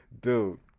Dude